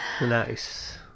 Nice